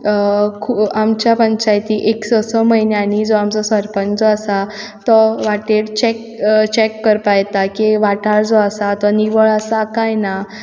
आमच्या पंचायतीन एक स स म्हयन्यांनी जो आमचो सरपंच आसा तो वाटेर चेक चेक करपा येता की वाठार जो आसा तो निवळ आसा काय ना